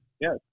Yes